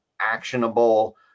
actionable